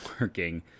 working